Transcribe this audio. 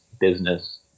business